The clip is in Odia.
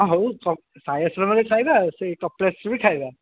ହଉ ସାଇ ଆଶ୍ରମରେ ଖାଇବା ସେ କପିଳାସର ବି ଖାଇବା